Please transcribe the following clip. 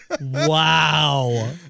Wow